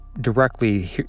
directly